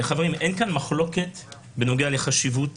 חברים, אין כאן מחלוקת בנוגע לחשיבות